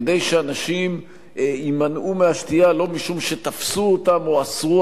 כדי שאנשים יימנעו מהשתייה לא משום שתפסו אותם או אסרו